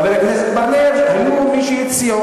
חבר הכנסת בר-לב, היו מי שהציעו.